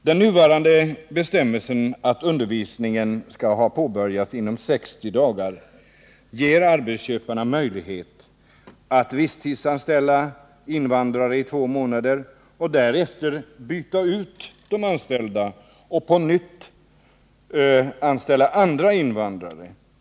Den nuvarande bestämmelsen att undervisningen skall ha påbörjats inom 60 dagar ger arbetsköparna möjlighet att visstidsanställa invandrare i två månader och därefter byta ut de anställda — och anställa andra invandrare.